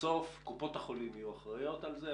בסוף קופות החולים יהיו אחראיות על זה,